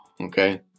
okay